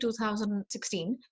2016